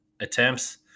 attempts